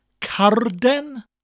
Carden